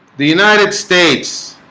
the united states